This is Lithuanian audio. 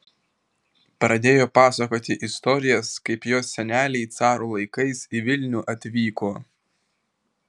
pradėjo pasakoti istorijas kaip jos seneliai caro laikais į vilnių atvyko